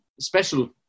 special